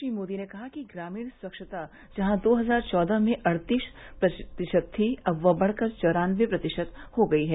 श्री मोदी ने कहा कि ग्रामीण स्वच्छता जहां दो हजार चौदह में अड़तीस प्रतिशत थी वह अब बढ़कर चौरान्नबे प्रतिशत हो गयी है